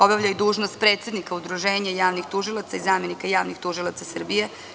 Obavljao je i dužnost predsednika Udruženja javnih tužilaca i zamenika javnih tužilaca Srbije.